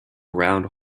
round